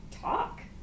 talk